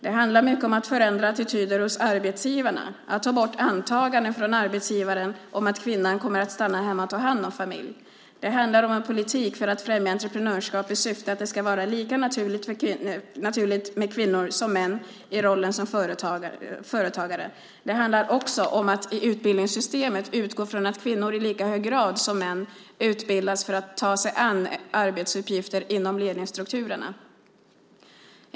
Det handlar mycket om att förändra attityder hos arbetsgivarna, att ta bort antaganden från arbetsgivaren om att kvinnan kommer att stanna hemma och ta hand om familj. Det handlar om en politik för att främja entreprenörskap i syfte att det ska vara lika naturligt med kvinnor som män i rollen som företagare. Det handlar också om att i utbildningssystemet utgå från att kvinnor i lika hög grad som män utbildas för att ta sig an arbetsuppgifter inom ledningsstrukturerna.